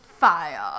fire